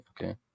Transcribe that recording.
okay